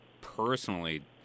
personally